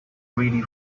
ready